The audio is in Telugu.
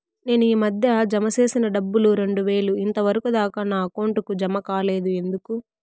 నేను ఈ మధ్య జామ సేసిన డబ్బులు రెండు వేలు ఇంతవరకు దాకా నా అకౌంట్ కు జామ కాలేదు ఎందుకు?